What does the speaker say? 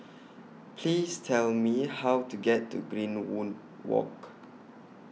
Please Tell Me How to get to Greenwood Walk